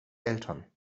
eltern